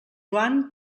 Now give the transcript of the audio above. joan